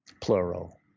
Plural